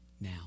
now